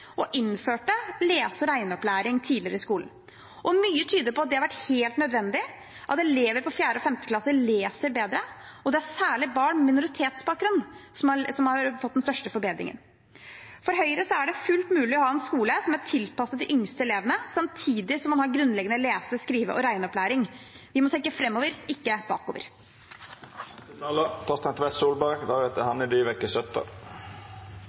og innførte lese- og regneopplæring tidligere i skolen. Mye tyder på at det har vært helt nødvendig. Elever i 4. og 5. klasse leser bedre, og det er særlig barn med minoritetsbakgrunn som har fått den største forbedringen. For Høyre er det fullt mulig å ha en skole som er tilpasset de yngste elevene samtidig som man har grunnleggende lese-, skrive- og regneopplæring. Vi må tenke framover, ikke